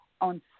on